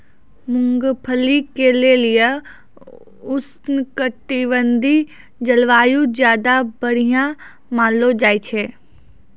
मूंगफली के लेली उष्णकटिबंधिय जलवायु ज्यादा बढ़िया मानलो जाय छै